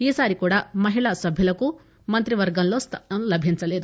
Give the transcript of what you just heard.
ఈసారి కూడా మహిళా సభ్యులకు మంత్రివర్గంలో స్టానంలో లభించలేదు